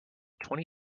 twenty